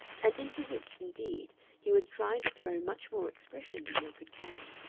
and into which, indeed, he was trying to throw much more expression than they could carry.